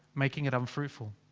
making it unfruitful.